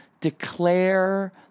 declare